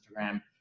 Instagram